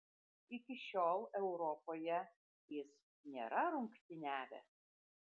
iki šiol europoje jis nėra rungtyniavęs